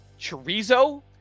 chorizo